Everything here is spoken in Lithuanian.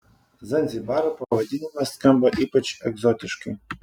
zanzibaro pavadinimas skamba ypač egzotiškai